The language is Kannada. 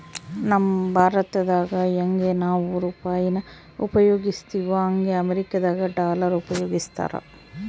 ನಮ್ ಭಾರತ್ದಾಗ ಯಂಗೆ ನಾವು ರೂಪಾಯಿನ ಉಪಯೋಗಿಸ್ತಿವೋ ಹಂಗೆ ಅಮೇರಿಕುದಾಗ ಡಾಲರ್ ಉಪಯೋಗಿಸ್ತಾರ